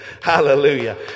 Hallelujah